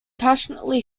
passionately